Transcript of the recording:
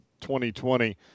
2020